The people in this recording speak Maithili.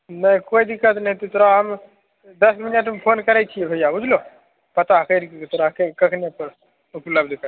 नहि कोई दिक्कत नहि छै तोरा हम दस मिनट मे फोन करै छियो भैया बुझलो पता कैर के तोरा कखने कऽ उपलब्ध